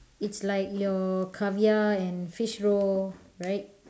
it's like your caviar and fish roe right